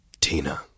Tina